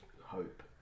hope